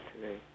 today